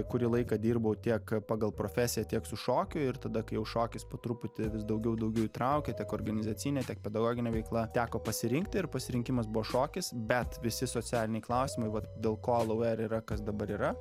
kurį laiką dirbau tiek pagal profesiją tiek su šokiu ir tada kai jau šokis po truputį vis daugiau daugiau įtraukia tiek organizacine tiek pedagoginė veikla teko pasirinkti ir pasirinkimas buvo šokis bet visi socialiniai klausimai vat dėl ko lauer yra kas dabar yra